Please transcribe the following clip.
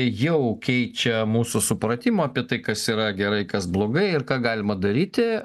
jau keičia mūsų supratimą apie tai kas yra gerai kas blogai ir ką galima daryti